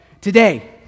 Today